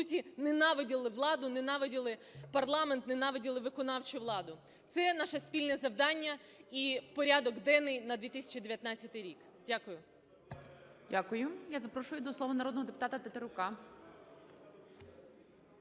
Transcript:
ненавиділи владу, ненавиділи парламент, ненавиділи виконавчу владу, це є наше спільне завдання і порядок денний на 2019 рік. Дякую.